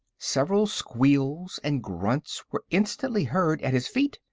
several squeals and grunts were instantly heard at his feet,